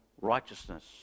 righteousness